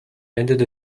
ended